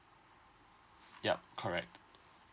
yup correct